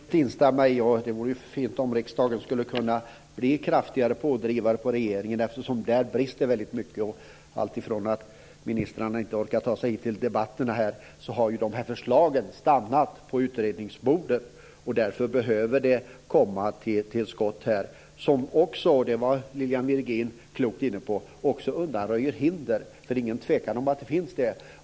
Fru talman! Det sista är det lätt att instämma i. Det vore ju fint om riksdagen skulle kunna bli en kraftigare pådrivare på regeringen, eftersom det brister väldigt mycket där. Förutom att ministrarna inte orkar ta sig hit till debatterna har ju de här förslagen stannat på utredningsbordet, och därför behöver man komma till skott här. Detta skulle också, vilket Lilian Virgin klokt var inne på, undanröja hinder - för det är ingen tvekan om att det finns sådana.